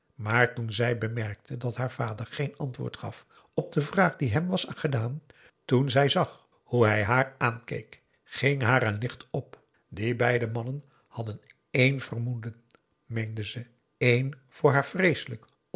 maar toen zij bemerkte dat haar vader geen antwoord gaf op de vraag die hem was gedaan en toen zij zag hoe hij haar aankeek ging haar een licht op die beide mannen hadden één vermoeden meende ze één voor haar vreeselijk